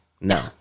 No